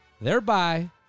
thereby